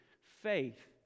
faith